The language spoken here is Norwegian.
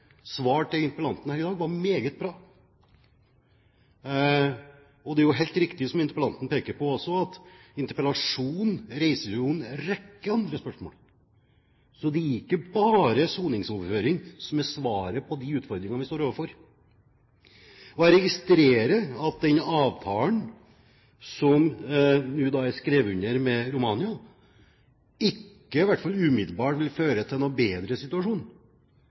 svar til interpellanten her i dag var meget bra. Det er jo helt riktig som også interpellanten peker på, at interpellasjonen reiser en rekke andre spørsmål. Det er ikke bare soningsoverføring som er svaret på de utfordringene vi står overfor. Jeg registrerer at avtalen med Romania som nå er skrevet under, i hvert fall ikke umiddelbart vil føre til noen bedre situasjon.